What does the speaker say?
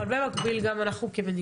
אבל במקביל גם אנחנו כמדינה,